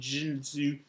Jinzu